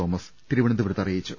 Thomas തിരുവ നന്തപുരത്ത് അറിയിച്ചു